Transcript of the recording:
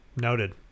noted